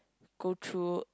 go through